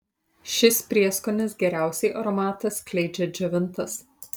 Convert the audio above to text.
šis prieskonis geriausiai aromatą skleidžia džiovintas